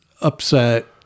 upset